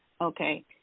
okay